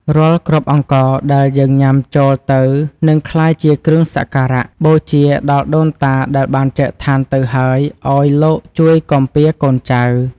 រាល់គ្រាប់អង្ករដែលយើងញ៉ាំចូលទៅនឹងក្លាយជាគ្រឿងសក្ការៈបូជាដល់ដូនតាដែលបានចែកឋានទៅហើយឱ្យលោកជួយគាំពារកូនចៅ។